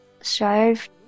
strive